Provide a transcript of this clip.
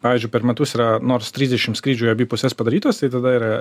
pavyzdžiui per metus yra nors trisdešim skrydžių į abi puses padarytos tai tada yra